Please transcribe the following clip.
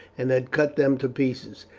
and had cut them to pieces.